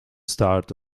start